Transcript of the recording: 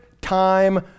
time